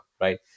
right